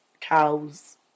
cows